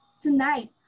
tonight